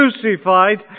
crucified